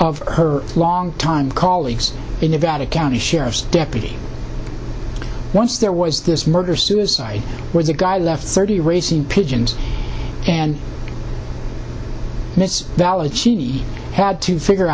of her long time colleagues in nevada county sheriff's deputy once there was this murder suicide where the guy left thirty racing pigeons and it's valid she had to figure